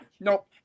nope